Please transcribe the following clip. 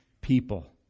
people